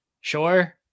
Sure